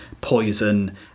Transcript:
Poison